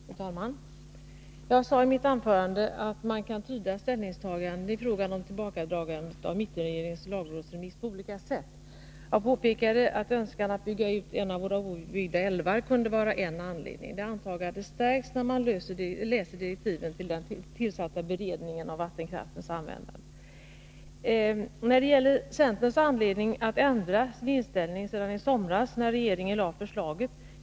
Fru talman! Jag sade i mitt anförande att man kan tyda ställningstagandet i fråga om tillbakadragandet av mittenregeringens lagrådsremiss på olika sätt. Jag påpekade att önskan att bygga ut en av våra outbyggda älvar kan vara en anledning. Det antagandet stärks när man läser direktiven till den tillsatta beredningen för vattenkraftens användande. Jag kan inte förstå vilken anledning centern har att ändra sin inställning sedan i somras när regeringen lade fram förslaget.